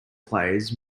players